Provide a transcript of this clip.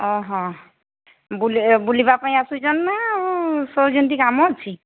ଅଃ ବୁଲି ବୁଲିବା ପାଇଁ ଆସୁଛନ୍ତି ନା ସବୁ ସେମିତି କାମ ଅଛି